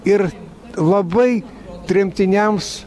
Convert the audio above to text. ir labai tremtiniams